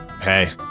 Hey